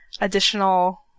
additional